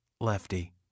Lefty